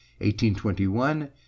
1821